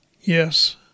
Yes